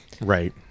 right